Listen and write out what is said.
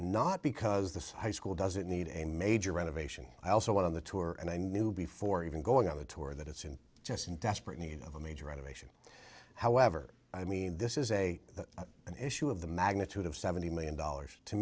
not because the high school doesn't need a major renovation i also went on the tour and i knew before even going on a tour that it's in just in desperate need of a major renovation however i mean this is a an issue of the magnitude of seventy million dollars to